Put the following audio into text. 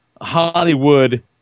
Hollywood